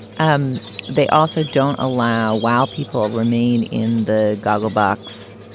um they also don't allow while people remain in the gogglebox